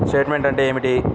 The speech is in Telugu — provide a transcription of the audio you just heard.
స్టేట్మెంట్ అంటే ఏమిటి?